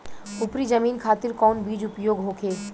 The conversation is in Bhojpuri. उपरी जमीन खातिर कौन बीज उपयोग होखे?